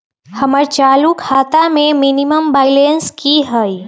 हमर चालू खाता के मिनिमम बैलेंस कि हई?